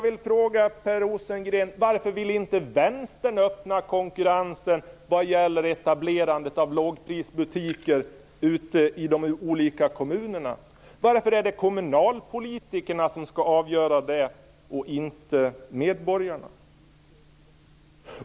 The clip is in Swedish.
Vänstern öppna den konkurrens som gäller etablerande av lågprisbutiker ute i de olika kommunerna? Varför är det kommunalpolitikerna som skall avgöra det, och inte medborgarna?